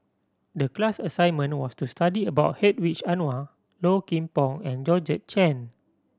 the class assignment was to study about Hedwig Anuar Low Kim Pong and Georgette Chen